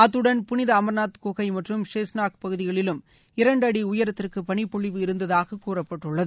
அத்துடன் புளித அமர்நாத்ஜி குகை மற்றும் ஷேஸ்நாக் பகுதிகளிலும் இரண்டு அடி உயரத்திற்கு பளிப்பொழிவு இருந்ததாக கூறப்பட்டுள்ளது